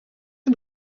een